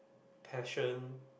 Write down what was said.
passion